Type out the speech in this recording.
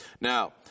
Now